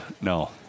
No